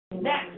Next